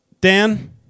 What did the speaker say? Dan